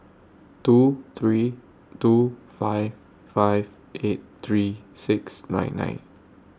two three two five five eight three six nine nine